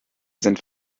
sind